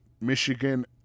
Michigan